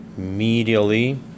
medially